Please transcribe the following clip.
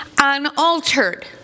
unaltered